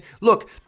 look